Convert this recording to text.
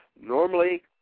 normally